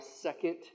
second